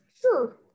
Sure